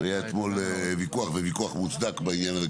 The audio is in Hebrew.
היה אתמול ויכוח וויכוח מוצדק בעניין הזה,